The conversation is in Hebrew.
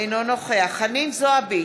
אינו נוכח חנין זועבי,